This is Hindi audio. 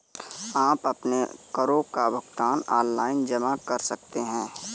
आप अपने करों का भुगतान ऑनलाइन जमा कर सकते हैं